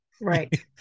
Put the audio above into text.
right